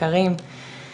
בוקר טוב לכולם,